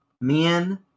men